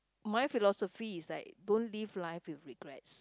my philosophy is like don't live life with regrets